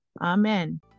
amen